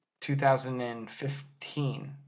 2015